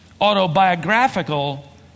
autobiographical